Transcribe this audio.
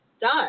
done